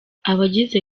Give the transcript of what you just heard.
abagize